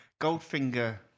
Goldfinger